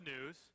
news